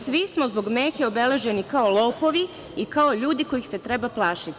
Svi smo zbog Mehe obeleženi kao lopovi i kao ljudi kojih se treba plašiti.